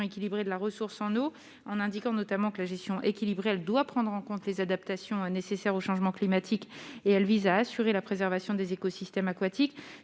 équilibrée de la ressource en eau, en indiquant notamment que la gestion équilibrée, elle doit prendre en compte les adaptations nécessaires au changement climatique et elle vise à assurer la préservation des écosystèmes aquatiques,